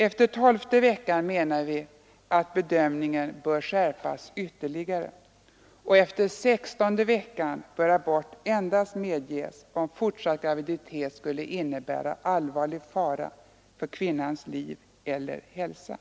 Efter tolfte veckan måste bedömningen skärpas ytterligare, och efter sextonde veckan bör abort endast medges om fortsatt graviditet skulle innebära allvarlig fara för kvinnans liv eller hälsa.